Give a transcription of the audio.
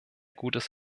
gutes